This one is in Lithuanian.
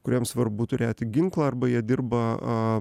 kuriem svarbu turėti ginklą arba jie dirba